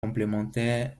complémentaire